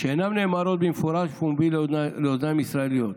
שאינן נאמרות במפורש ובפומבי לאוזניים ישראליות.